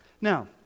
now